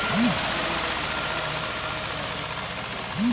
सरकार द्वारा इकट्ठा भईल कर के राजस्व कहल जाला